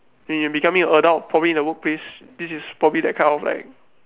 when you becoming a adult probably in a workplace this is probably that kind of like